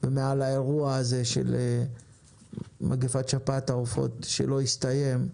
ומעל האירוע הזה של מגפת שפעת העופות שלא הסתיים,